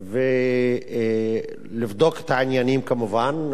ולבדוק את העניינים כמובן, שוב הפעם.